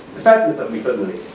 the fatness of me suddenly,